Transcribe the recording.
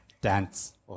dance